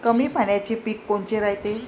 कमी पाण्याचे पीक कोनचे रायते?